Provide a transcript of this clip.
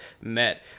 met